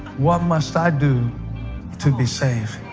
what must i do to be saved?